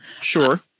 Sure